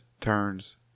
turns